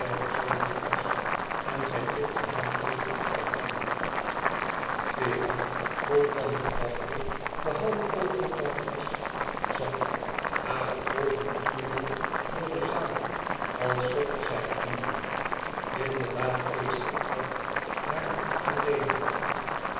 gezeten was en zij tikte haar even op den arm vera vol van gedachte behalve over het congres zat hare oogen turende door de zaal als zocht zij iemand inderdaad keek zij uit naar melena